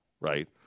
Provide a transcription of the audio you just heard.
right